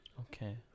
Okay